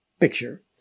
picture